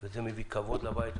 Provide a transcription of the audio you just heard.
זה מביא כבוד לבית.